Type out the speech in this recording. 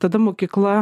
tada mokykla